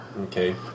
Okay